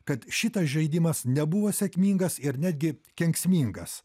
kad šitas žaidimas nebuvo sėkmingas ir netgi kenksmingas